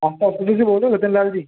आप क्या हॉस्पिटल से बोल रहे हो रतनलाल जी